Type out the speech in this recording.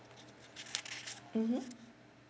mmhmm